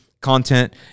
content